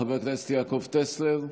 חבר הכנסת יעקב טסלר.